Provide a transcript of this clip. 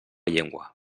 llengua